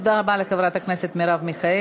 תודה לחברת הכנסת מרב מיכאלי.